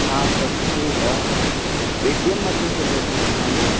हाँ तो ठीक है एवीएम मसीन से बोटिंग होता है ना